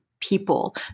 people